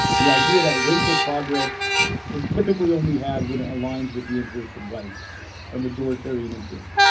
the idea that racial progress is typically only had when it aligns with the interests of whites or majoritarian interests.